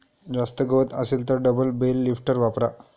जास्त गवत असेल तर डबल बेल लिफ्टर वापरा